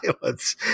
violence